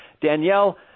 Danielle